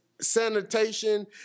sanitation